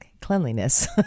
cleanliness